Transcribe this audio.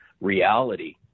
reality